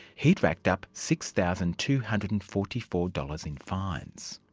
he had racked up six thousand two hundred and forty four dollars in fines.